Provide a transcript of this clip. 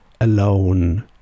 alone